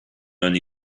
only